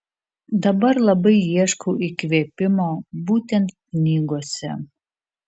dabar labai ieškau įkvėpimo būtent knygose